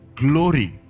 glory